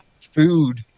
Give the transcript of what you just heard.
food